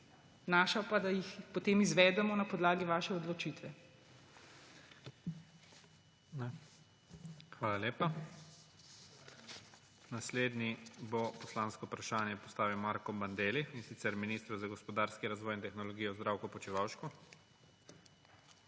naša pa, da jih potem izvedemo na podlagi vaše odločitve. PREDSEDNIK IGOR ZORČIČ: Hvala lepa. Naslednji bo poslansko vprašanje postavil Marko Bandelli, in sicer ministru za gospodarski razvoj in tehnologijo, Zdravku Počivalšku.